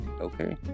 Okay